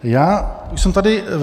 Já už jsem tady ve